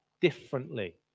differently